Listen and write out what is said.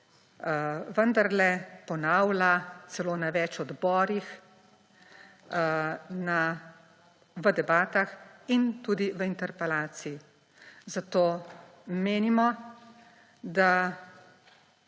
vendarle ponavlja celo na več odborih v debatah in tudi v interpelaciji. Zato menimo, da